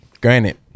Granted